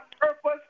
purpose